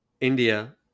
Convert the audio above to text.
India